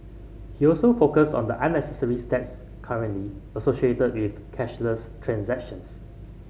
he also focused on the unnecessary steps currently associated with cashless transactions